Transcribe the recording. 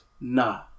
nah